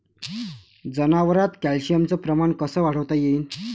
जनावरात कॅल्शियमचं प्रमान कस वाढवता येईन?